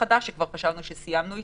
שכבר חשבנו שסיימנו איתה.